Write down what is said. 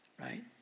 Right